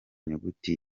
nyuguti